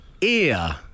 Ear